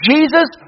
Jesus